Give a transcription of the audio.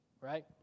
right